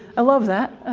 i love that!